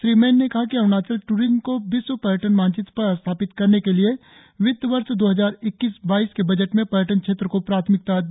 श्री मैन ने कहा कि अरुणाचल ट्रिजम को विश्व पर्यटन मानचित्र पर स्थापित करने के लिए वित्तवर्ष वर्ष दो हजार ईक्कीस बाईस के बजट में पर्यटन क्षेत्र को प्राथमिकता दी जाएगी